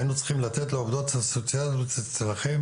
היינו צריכים לתת לעובדות הסוציאליות שלכם